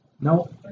No